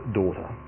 daughter